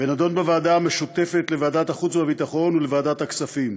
ונדון בוועדה המשותפת לוועדת החוץ והביטחון ולוועדת הכספים,